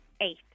eight